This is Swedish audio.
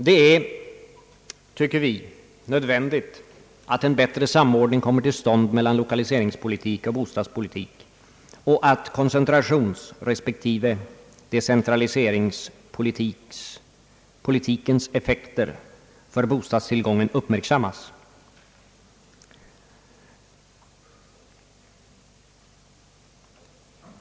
Det är enligt vår uppfattning nödvändigt att en bättre samordning kommer till stånd mellan lokaliseringspolitik och bostadspolitik och att koncentrationsrespektive decentraliseringspolitikens effekter för bostadstillgången uppmärksammas.